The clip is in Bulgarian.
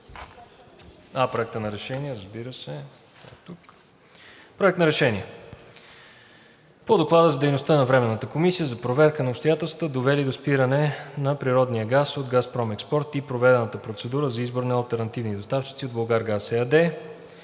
Подлагам на гласуване Проекта на решение по Доклада за дейността на Временната комисия за проверка на обстоятелствата, довели до спиране на природния газ от „Газпром Експорт“, и проведената процедура за избор на алтернативни доставчици от „Булгаргаз“ ЕАД.